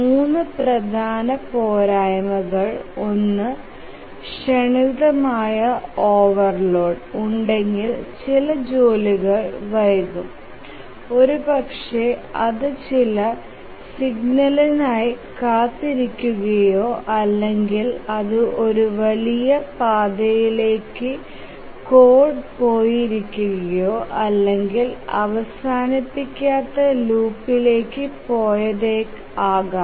മൂന്ന് പ്രധാന പോരായ്മകൾ ഒന്ന് ക്ഷണികമായ ഓവർലോഡ് ഉണ്ടെങ്കിൽ ചില ജോലികൾ വൈകും ഒരുപക്ഷേ അത് ചില സിഗ്നലിനായി കാത്തിരിക്കുകയോ അല്ലെങ്കിൽ അത് ഒരു വലിയ പാതയിലേക്ക് കോഡ് പോയിരിക്കുകയോ അല്ലെങ്കിൽ അവസാനിപ്പിക്കാത്ത ലൂപ്പിലേക്ക് പോയതാകാം